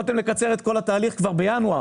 יכולתם לקצר את כל התהליך כבר בינואר,